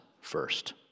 first